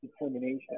determination